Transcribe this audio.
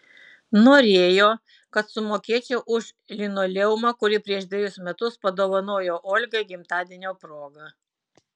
norėjo kad sumokėčiau už linoleumą kurį prieš dvejus metus padovanojo olgai gimtadienio proga